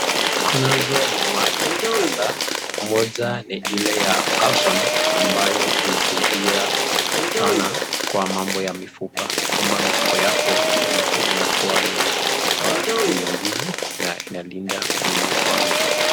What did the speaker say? Kunazo madini kadhaa. Moja ni ile ya [Calcium] ambayo inasaidia sanaa kwa mambo ya mifupa, kwamba mifupa yako ya mtu inakua zenye nguvu na inalinda mwili wa mtu.